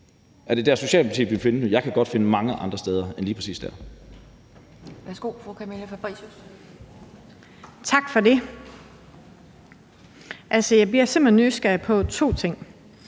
Jeg kan godt finde mange andre steder end lige præcis der.